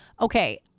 okay